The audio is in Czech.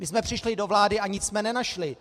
My jsme přišli do vlády a nic jsme nenašli.